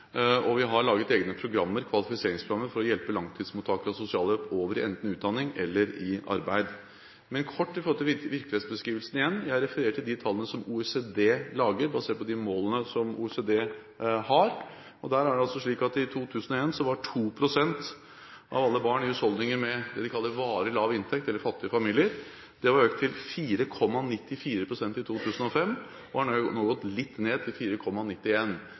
og vi har laget egne kvalifiseringsprogrammer for å hjelpe langtidsmottakere av sosialhjelp over i enten utdanning eller arbeid. Kort hva angår virkelighetsbeskrivelsen igjen: Jeg refererte de tallene som OECD lager, basert på de målene de har. I 2001 var 2 pst. av alle barn i husholdninger med det de kaller varig lav inntekt, eller fattige familier. Andelen var økt til 4,94 pst. i 2005, og er nå gått litt ned, til